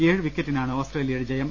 ഏഴ് വിക്കറ്റിനാണ് ഓസ്ട്രേലിയയുടെ ജയം